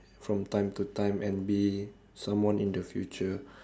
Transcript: from time to time and be someone in the future